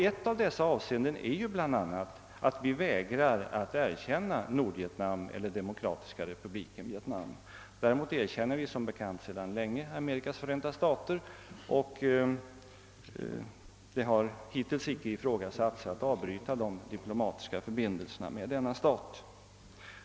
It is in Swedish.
Ett av dessa avseenden är att vi vägrar erkänna Nordvietnam eller Demokratiska republiken Vietnam. Däremot erkänner vi sedan länge Amerikas förenta stater, och det har hittills inte varit fråga om att avbryta de diplomatiska förbindelserna med denna stat.